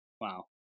Wow